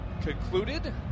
concluded